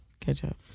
ketchup